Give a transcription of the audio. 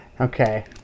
Okay